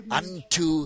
unto